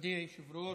מכובדי היושב-ראש,